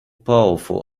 powerful